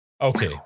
okay